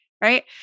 right